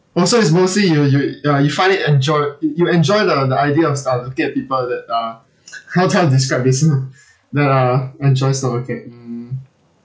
oh so it's mostly you you you find it enjoy y~ you enjoy the the idea of style looking at people that are how how to describe this that uh enjoy snow looking